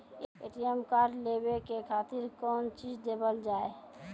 ATM card लेवे के खातिर कौंची देवल जाए?